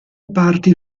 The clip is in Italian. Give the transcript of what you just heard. parti